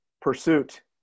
pursuit